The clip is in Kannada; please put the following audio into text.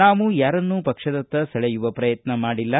ನಾವು ಯಾರನ್ನೂ ಪಕ್ಷದತ್ತ ಸೆಳೆಯುವ ಪ್ರಯತ್ನ ಮಾಡಿಲ್ಲ